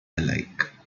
alike